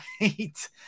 right